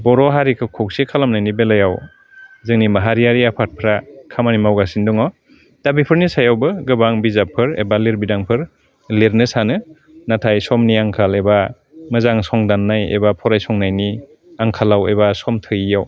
बर' हारिखौ खौसे खालामनायनि बेलायाव जोंनि माहारियारि आफादफ्रा खामानि मावगासिनो दङ दा बेफोरनि सायावबो गोबां बिजाबफोर एबा लिरबिदांफोर लिरनो सानो नाथाय समनि आंखाल एबा मोजां सं दान्नाय एबा फरायसंनायनि आंखालाव एबा सम थोयैआव